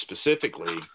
specifically